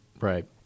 right